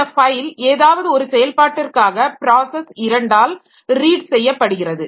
இந்தப் ஃபைல் ஏதாவது ஒரு செயல்பாட்டிற்காக ப்ராஸஸ் இரண்டால் ரீட் செய்யப்படுகிறது